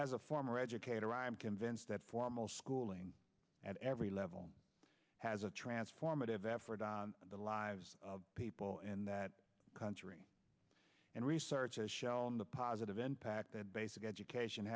as a former educator i am convinced that formal schooling at every level has a transformative effort in the lives of people in that country and research has shown the positive impact that basic education